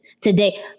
today